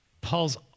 Paul's